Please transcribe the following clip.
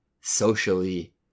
socially